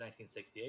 1968